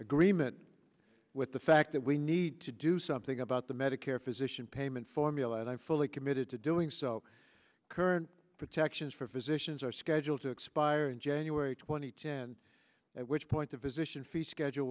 agreement with the fact that we need to do something about the medicare physician payment formula and i'm fully committed to doing so current protections for physicians are scheduled to expire in january two thousand and ten at which point of position fee schedule